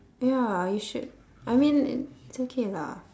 ya you should I mean it's okay lah